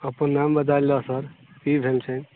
अपन नाम बतायल जाउ सर की भेल से